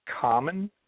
common